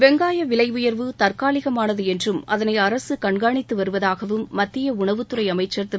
வெங்காய விலை உயர்வு தற்காலிகமானது என்றும் அதனை அரசு கண்காணித்து வருவதூகவும் மத்திய உணவுத்துறை அமைச்சர் திரு